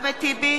אחמד טיבי,